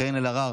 קארין אלהרר,